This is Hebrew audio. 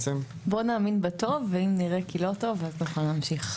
בואו נאמין בטוב ואם נראה כי לא טוב אז נוכל להמשיך.